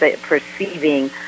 perceiving